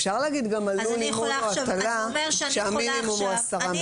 אפשר להגיד על לול שהמינימום הוא 10 מטרים.